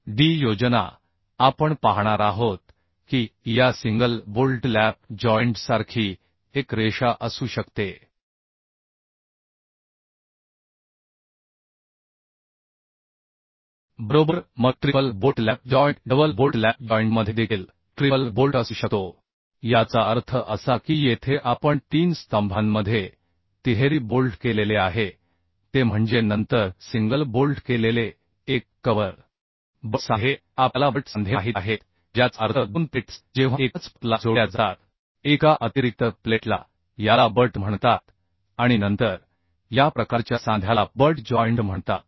d योजना आपण पाहणार आहोत की या सिंगल बोल्ट लॅप जॉईंटसारखी एक रेषा असू शकते बरोबर मग triple bolt lap joint double bolt lap जॉइंटमध्ये देखील ट्रिपल बोल्ट असू शकतो याचा अर्थ असा की येथे आपण तीन स्तंभांमध्ये तिहेरी बोल्ट केलेले आहे ते म्हणजे नंतर सिंगल बोल्ट केलेले एक कव्हर बट सांधे आपल्याला बट सांधे माहित आहेत ज्याचा अर्थ दोन प्लेट्स जेव्हा एकाच प्रतलात जोडल्या जातात एका अतिरिक्त प्लेटला याला बट म्हणतात आणि नंतर या प्रकारच्या सांध्याला बट जॉइंट म्हणतात